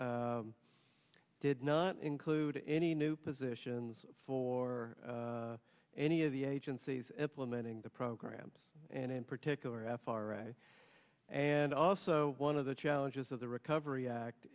did not include any new positions for any of the agencies implementing the programs and in particular f r i and also one of the challenges of the recovery act